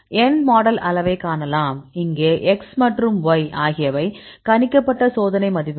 n model அளவைக் காணலாம் இங்கே x மற்றும் y ஆகியவை கணிக்கப்பட்ட சோதனை மதிப்புகள்